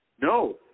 no